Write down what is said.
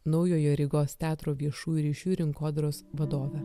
naujojo rygos teatro viešųjų ryšių rinkodaros vadove